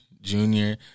Junior